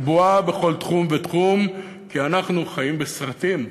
בועה בכל תחום ותחום, כי אנחנו חיים בסרטים.